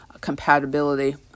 compatibility